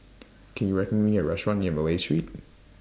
Can YOU recommend Me A Restaurant near Malay Street